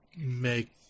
make